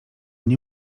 nie